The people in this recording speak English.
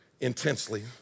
intensely